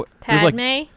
Padme